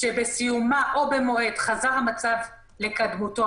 שבסיומה או במועד חזרת המצב לקדמותו,